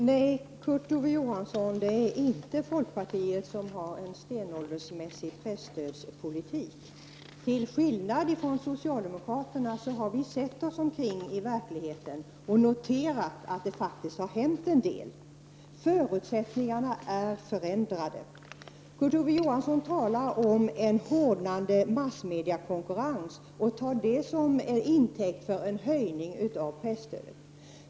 Herr talman! Nej, Kurt Ove Johansson, det är inte folkpartiet som har en stenåldersmässig presstödspolitik. Till skillnad från socialdemokraterna har vi sett oss omkring i verkligheten och noterat att det faktiskt har hänt en del. Förutsättningarna är förändrade. Kurt Ove Johansson talar om en hårdnande massmediekonkurrens och tar detta som intäkt för en höjning av presstödet.